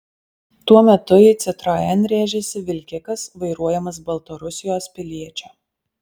tuo metu į citroen rėžėsi vilkikas vairuojamas baltarusijos piliečio